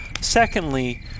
Secondly